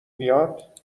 میاد